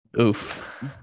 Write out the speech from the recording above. oof